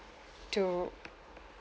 to